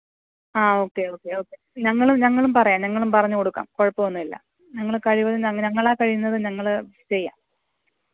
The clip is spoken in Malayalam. ആ ഓക്കെ ഓക്കെ ഞങ്ങളും ഞങ്ങളും പറയാം ഞങ്ങളും പറഞ്ഞു കൊടുക്കാം കുഴപ്പമൊന്നുമില്ല ഞങ്ങള് കഴിവതും ഞങ്ങളാൽ കഴിയുന്നത് ഞങ്ങള് ചെയ്യാം